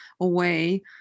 away